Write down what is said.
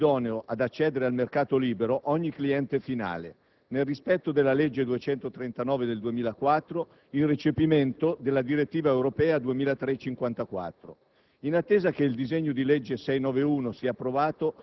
Dal 1° luglio 2007, infatti, è cliente idoneo ad accedere al mercato libero ogni cliente finale, nel rispetto della legge n. 239 del 2004 in recepimento della direttiva europea